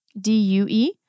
D-U-E